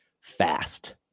fast